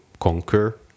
conquer